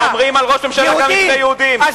יהודים.